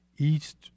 East